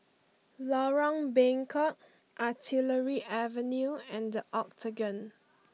Lorong Bengkok Artillery Avenue and The Octagon